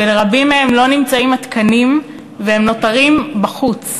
לרבים מהם לא נמצאים התקנים, והם נותרים בחוץ.